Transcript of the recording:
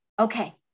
Okay